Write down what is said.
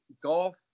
golf